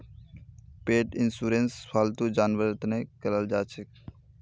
पेट insurance फालतू जानवरेर तने कराल जाछेक